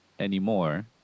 anymore